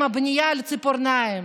עם בנייה לציפורניים,